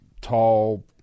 tall